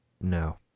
No